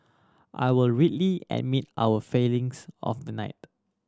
I would readily admit our failings of the night